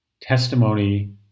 testimony